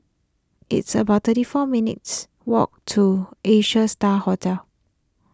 it's about thirty four minutes' walk to Asia Star Hotel